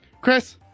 Chris